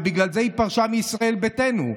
ובגלל זה היא פרשה מישראל ביתנו.